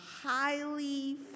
highly